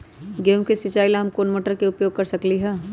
गेंहू के सिचाई ला हम कोंन मोटर के उपयोग कर सकली ह?